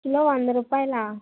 kilo వంద రుపాయలా